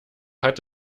hat